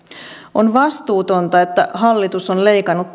on vastuutonta että hallitus on leikannut